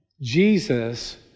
Jesus